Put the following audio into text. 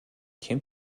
come